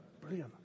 Brilliant